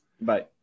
bye